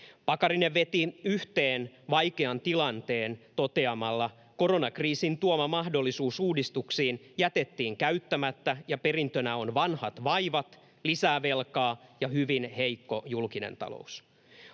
Pakarinen veti vaikean tilanteen yhteen toteamalla: ”Koronakriisin tuoma mahdollisuus uudistuksiin jätettiin käyttämättä, ja perintönä on vanhat vaivat, lisää velkaa ja hyvin heikko julkinen talous.”